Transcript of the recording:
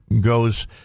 goes